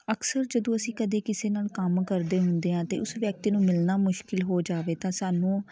ਅਕਸਰ ਜਦੋਂ ਅਸੀਂ ਕਦੇ ਕਿਸੇ ਨਾਲ ਕੰਮ ਕਰਦੇ ਹੁੰਦੇ ਹਾਂ ਅਤੇ ਉਸ ਵਿਅਕਤੀ ਨੂੰ ਮਿਲਣਾ ਮੁਸ਼ਕਲ ਹੋ ਜਾਵੇ ਤਾਂ ਸਾਨੂੰ